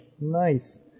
nice